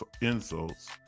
insults